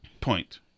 point